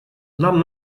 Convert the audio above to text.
нам